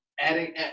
adding